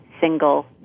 single